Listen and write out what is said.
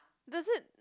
does it